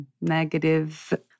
negative